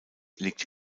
liegt